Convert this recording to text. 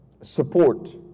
support